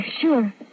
sure